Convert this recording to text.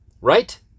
Right